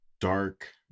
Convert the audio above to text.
dark